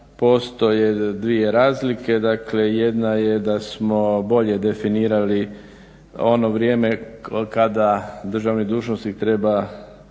postoje dvije razlike. Dakle jedna je da smo bolje definirali ono vrijeme kada državni dužnosnik treba